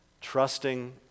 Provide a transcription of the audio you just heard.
Trusting